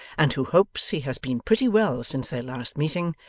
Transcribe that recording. and who hopes he has been pretty well since their last meeting,